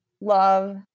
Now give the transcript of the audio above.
love